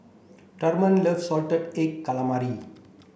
Truman loves salted egg calamari